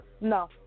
No